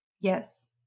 Yes